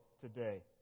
today